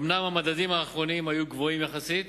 אומנם המדדים האחרונים היו גבוהים יחסית,